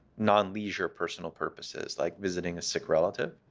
non-leisure personal purposes, like visiting a sick relative.